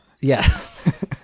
Yes